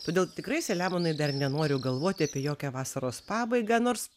todėl tikrai saliamonai dar nenoriu galvoti apie jokią vasaros pabaigą nors